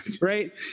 right